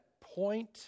point